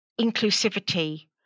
inclusivity